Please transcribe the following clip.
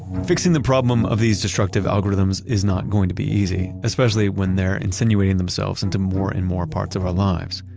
fixing the problem of these destructive algorithms is not going to be easy, especially when they're insinuating themselves into more and more parts of our lives,